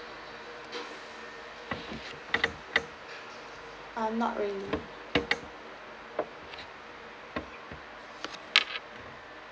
um not really